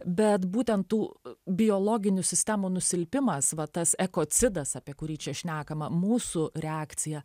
bet būtent tų biologinių sistemų nusilpimas va tas ekocidas apie kurį čia šnekama mūsų reakcija